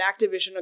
Activision